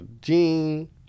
jean